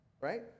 Right